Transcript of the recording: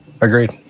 agreed